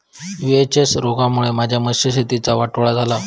VHS रोगामुळे माझ्या मत्स्यशेतीचा वाटोळा झाला